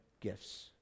gifts